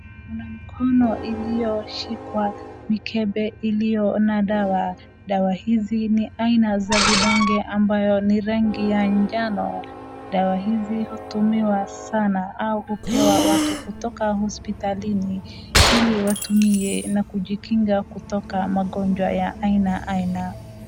Kuna mikono iliyoshika mikebe iliyo na dawa, dawa hizi ni aina za vidonge ambazo ni rangi ya manjano. Dawa hizi hutumiwa sana au hupewa watu kutoka hospitalini ili watumie na kujikinga kutoka magonjwa ya ainaaina.